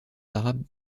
arabes